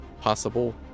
possible